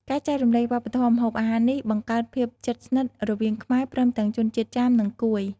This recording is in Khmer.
ការចែករំលែកវប្បធម៌ម្ហូបអាហារនេះបង្កើតភាពជិតស្និទរវាងខ្មែរ ព្រមទាំងជនជាតិចាម និងកួយ។